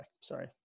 Sorry